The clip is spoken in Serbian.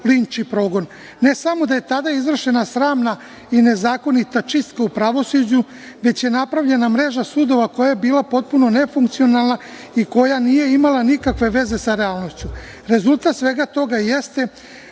linč i progon. Ne da je samo tada izvršena sramna i nezakonita čistka u pravosuđu, već je napravljena mreža sudova koja je bila potpuno nefunkcionalna i koja nije imala nikakve veze sa realnošću. Rezultat svega toga jeste